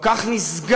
כל כך נשגב,